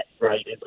right